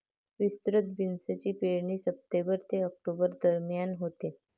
विस्तृत बीन्सची पेरणी सप्टेंबर ते ऑक्टोबर दरम्यान होते